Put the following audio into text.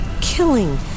killing